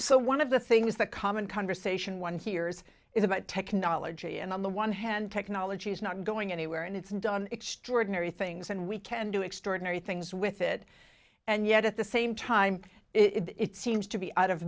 so one of the things the common conversation one hears is about technology and on the one hand technology is not going anywhere and it's done extraordinary things and we can do extraordinary things with it and yet at the same time it seems to be out of